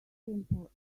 simple